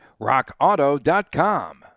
rockauto.com